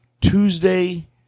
Tuesday